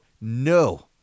No